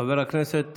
חבר הכנסת